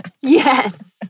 Yes